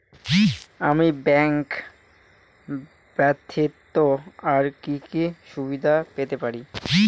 আমি ব্যাংক ব্যথিত আর কি কি সুবিধে পেতে পারি?